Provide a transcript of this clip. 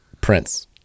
Prince